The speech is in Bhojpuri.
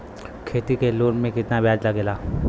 खेती के लोन में कितना ब्याज लगेला?